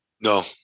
No